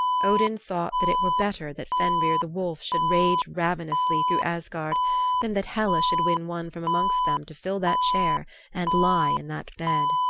odin thought that it were better that fenrir the wolf should range ravenously through asgard than that hela should win one from amongst them to fill that chair and lie in that bed.